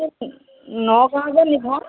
নগাঁৱৰ যে নিভা